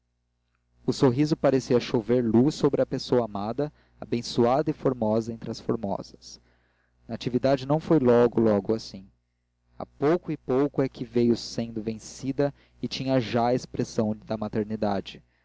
o sorriso parecia chover luz sobre a pessoa amada abençoada e formosa entre as formosas natividade não foi logo logo assim a pouco e pouco é que veio sendo vencida e tinha já a expressão da